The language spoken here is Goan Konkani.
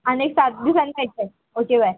आनी एक सात दिसान मेळट्ले ओके बाय